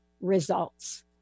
results